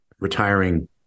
retiring